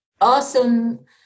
awesome